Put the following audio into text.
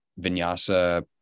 vinyasa